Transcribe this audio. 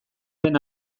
den